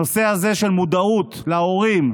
הנושא הזה של המודעות של ההורים,